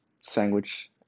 sandwich